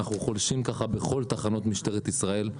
אנחנו חולשים ככה בכל תחנות משטרת ישראל.